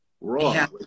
wrong